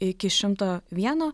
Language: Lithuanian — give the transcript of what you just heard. iki šimto vieno